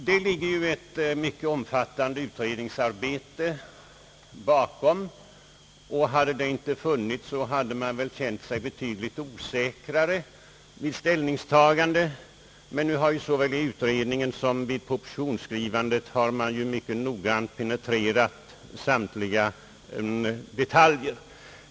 "Det ligger ett mycket omfattande utredningsarbete bakom, och hade detta inte gjorts hade man väl känt sig betydligt osäkrare vid ställningstagandet. Såväl i utredningen som vid propositionsskrivandet har man mycket noggrant penetrerat samtliga detaljer.